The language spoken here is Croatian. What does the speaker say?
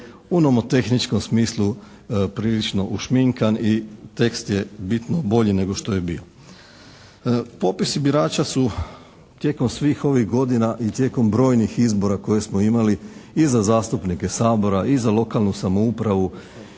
u nomotehničkom smislu prilično ušminkan i tekst je bitno bolji nego što je bio. Popisi birača su tijekom svih ovih godina i tijekom brojnih izbora koje smo imali i za zastupnike Sabora i za lokalnu samoupravu